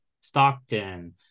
Stockton